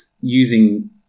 using